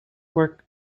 worked